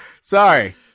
Sorry